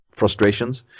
Frustrations